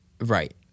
Right